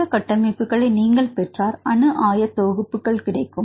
இந்த கட்டமைப்புகளை நீங்கள் பெற்றால் அணு ஆயத்தொகுப்புகள் கிடைக்கும்